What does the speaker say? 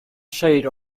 shade